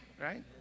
Right